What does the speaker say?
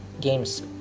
games